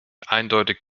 eindeutig